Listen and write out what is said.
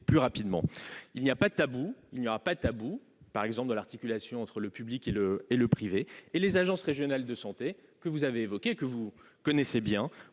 plus rapidement. Il n'y aura pas de sujet tabou, par exemple sur l'articulation entre le public et le privé. Les agences régionales de santé, que vous avez évoquées et que vous connaissez bien,